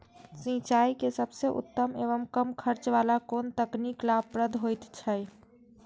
सिंचाई के सबसे उत्तम एवं कम खर्च वाला कोन तकनीक लाभप्रद होयत छै?